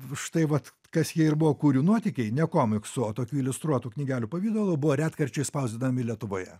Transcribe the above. štai vat kas jie ir buvo kurių nuotykiai ne komiksų o tokių iliustruotų knygelių pavidalu buvo retkarčiais spausdinami lietuvoje